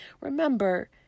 Remember